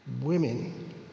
women